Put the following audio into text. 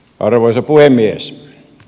arvoisa puhemies